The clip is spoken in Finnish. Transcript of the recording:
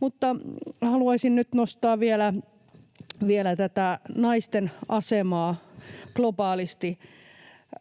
Mutta haluaisin nyt nostaa vielä tätä naisten asemaa globaalisti.